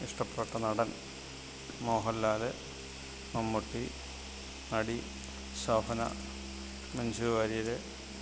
ഇഷ്ടപ്പെട്ട നടൻ മോഹൻലാല് മമ്മുട്ടി നടി ശോഭന മഞ്ജു വാര്യര്